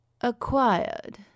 acquired